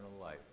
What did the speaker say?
life